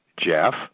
Jeff